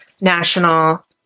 National